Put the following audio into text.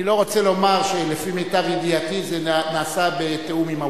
אני לא רוצה לומר שלפי מיטב ידיעתי זה נעשה בתיאום עם הווקף,